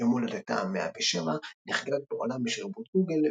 יום הולדתה ה-107 נחגג בעולם בשרבוט גוגל,